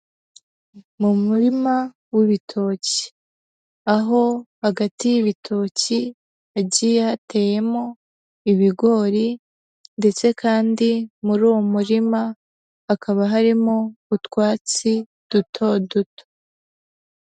Mu murima w'ibitoki, aho hagati y'ibitoki hagiye hateyemo ibigori ndetse kandi muri uwo murima hakaba harimo utwatsi duto duto.